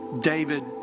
David